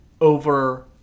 Over